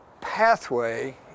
pathway